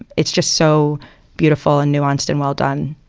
and it's just so beautiful and nuanced and well-done